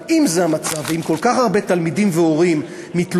אבל אם זה המצב ואם כל כך הרבה תלמידים והורים מתלוננים,